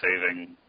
saving